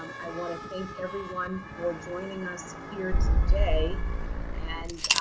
um i want to thank everyone for joining us here today and